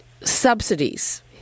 subsidies